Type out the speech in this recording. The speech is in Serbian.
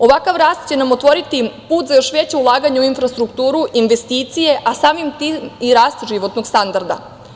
Ovakav rast će nam otvoriti put za još veće ulaganje u infrastrukturu, investicije, a samim tim i rast životnog standarda.